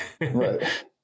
right